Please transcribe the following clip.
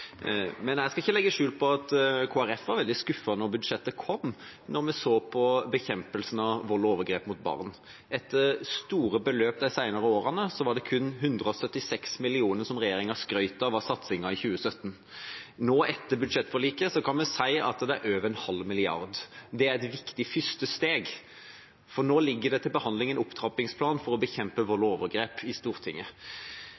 Men jeg skal ikke legge skjul på at Kristelig Folkeparti var veldig skuffet da budsjettet kom, da vi så innsatsen for bekjempelse av vold og overgrep mot barn. Etter store beløp de senere årene var det kun 176 mill. kr som regjeringa skrøt av var satsingen i 2017. Nå, etter budsjettforliket, kan vi si at det er over en halv milliard. Det er et viktig første steg, for nå ligger det til behandling en opptrappingsplan i Stortinget for å bekjempe vold